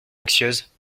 anxieuse